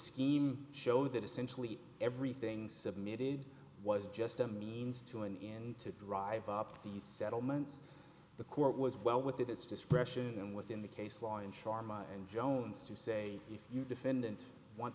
scheme show that essentially everything submitted was just a means to an end to drive up the settlements the court was well within its discretion and within the case law in sharma and jones to say if you defendant